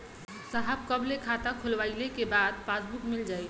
साहब कब ले खाता खोलवाइले के बाद पासबुक मिल जाई?